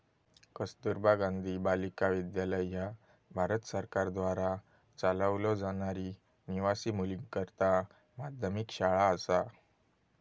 कस्तुरबा गांधी बालिका विद्यालय ह्या भारत सरकारद्वारा चालवलो जाणारी निवासी मुलींकरता माध्यमिक शाळा असा